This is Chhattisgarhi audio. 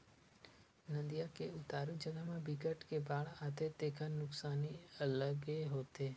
नदिया के उतारू जघा म बिकट के बाड़ आथे तेखर नुकसानी अलगे होथे